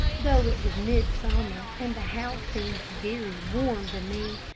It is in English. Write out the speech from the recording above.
though it was midsummer, and the house seemed very warm to me,